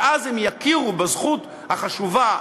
ואז הם יכירו בזכות החשובה,